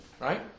right